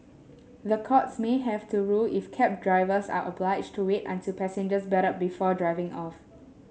the courts may have to rule if cab drivers are obliged to wait until passengers belt up before driving off